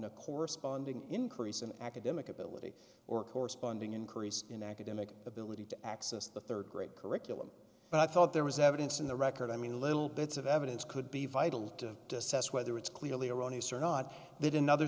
a corresponding increase in academic ability or corresponding increase in academic ability to access the rd grade curriculum but i thought there was evidence in the record i mean little bits of evidence could be vital to assess whether it's clearly erroneous or not that in other